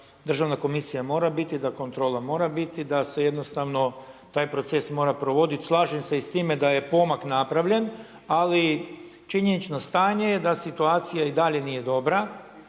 Državna komisija mora biti, da kontrola mora biti, da se jednostavno taj proces mora provoditi. Slažem se i sa time da je pomak napravljen, ali činjenično stanje je da situacija i dalje nije dobra